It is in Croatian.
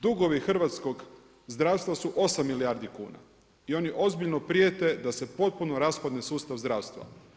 Dugovi hrvatskog zdravstva su 8 milijardi kuna i oni ozbiljno prijete da se potpuno raspadne sustav zdravstva.